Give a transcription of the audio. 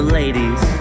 ladies